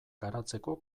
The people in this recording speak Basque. garatzeko